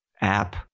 app